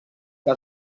que